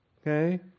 okay